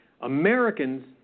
Americans